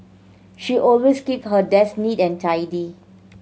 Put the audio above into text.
she always keep her desk neat and tidy